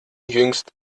jüngst